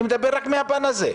אני מדבר רק מהפן הזה.